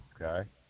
okay